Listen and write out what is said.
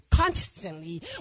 Constantly